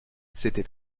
c’était